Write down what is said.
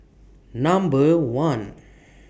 Number one